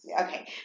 Okay